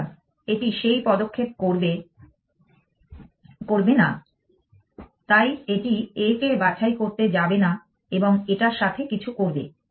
সুতরাং এটি সেই পদক্ষেপ করবে না তাই এটি A কে বাছাই করতে যাবেনা এবং এটার সাথে কিছু করবে